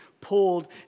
pulled